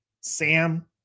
Sam